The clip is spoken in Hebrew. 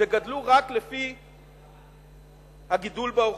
וגדלו רק לפי הגידול באוכלוסייה.